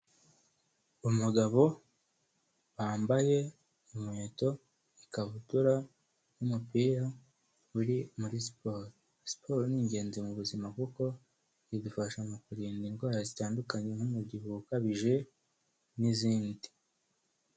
Umugabo wambaye inkweto, ikabutura n'umupira uri muri siporo. Siporo ni ingenzi mu buzima kuko idufasha mu kurinda indwara zitandukanye nk'umubyibuho ukabije n'izindi.